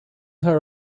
her